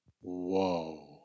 whoa